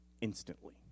instantly